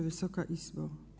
Wysoka Izbo!